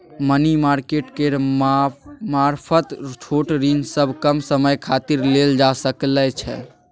money market केर मारफत छोट ऋण सब कम समय खातिर लेल जा सकइ छै